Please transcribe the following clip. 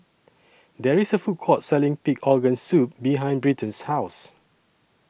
There IS A Food Court Selling Pig Organ Soup behind Britton's House